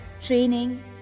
training